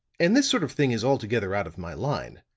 and this sort of thing is altogether out of my line.